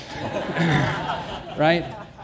Right